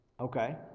Okay